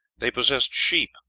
they possessed sheep,